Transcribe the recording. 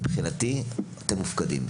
מבחינתי אתם מופקדים,